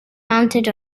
mounted